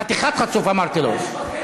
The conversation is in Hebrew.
חתיכת חצוף, אמרת לו.